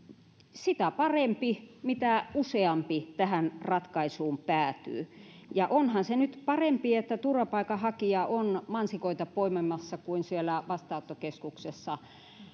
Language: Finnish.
sitä parempi mitä useampi tähän ratkaisuun päätyy onhan se nyt parempi että turvapaikanhakija on mansikoita poimimassa kuin siellä vastaanottokeskuksessa